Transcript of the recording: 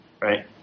right